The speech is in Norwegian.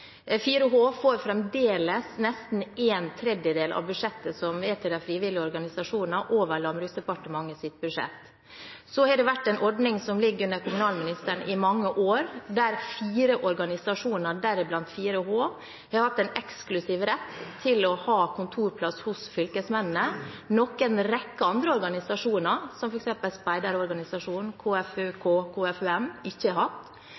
får fremdeles nesten en tredjedel av budsjettet som går til de frivillige organisasjonene, over Landbruksdepartementets budsjett. Så har det vært en ordning, som ligger under kommunalministeren, i mange år, der fire organisasjoner, deriblant 4H, har hatt en eksklusiv rett til å ha kontorplass hos fylkesmennene, noe en rekke andre organisasjoner, som f.eks. speiderorganisasjonen KFUK-KFUM, ikke har.